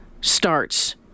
starts